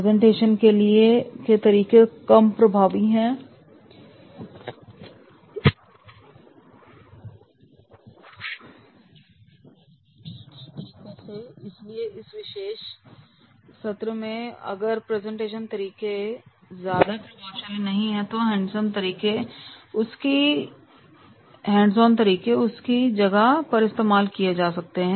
presentation के तरीके कम प्रभावी हैं हैंड्स ऑन तरीकों से इसलिए इस विषय में अगर प्रेजेंटेशन तरीके ज्यादा प्रभावशाली नहीं है तो हैंडसम तरीके उसकी जगह पर इस्तेमाल किए जा सकते हैं